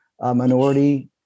minority